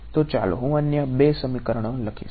તો ચાલો હું અન્ય બે સમીકરણો લખીશ